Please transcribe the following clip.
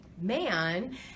man